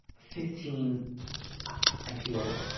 fifteen i feel